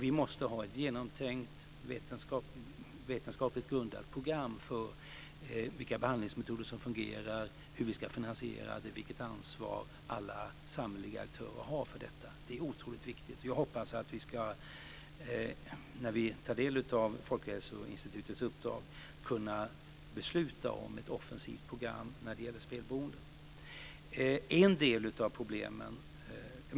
Vi måste ha ett genomtänkt, vetenskapligt grundat program för vilka behandlingsmetoder som fungerar, hur vi ska finansiera det och vilket ansvar alla samhälleliga aktörer har för detta. Det är otroligt viktigt. När vi tar del av Folkhälsoinstitutets uppdrag hoppas jag att vi ska kunna besluta om ett offensivt program när det gäller spelberoende.